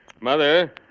Mother